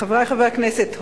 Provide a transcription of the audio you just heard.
חברי חברי הכנסת,